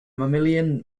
mammalian